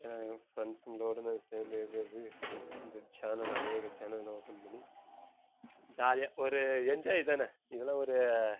என் ஃப்ரெண்ட்ஸுங்களோடு சேர்ந்து இது இந்த சேனல் சேனல்லாம் ஓப்பன் பண்ணி ஜாலியாக ஒரு என்ஜாய் தானே இதலாம் ஒரு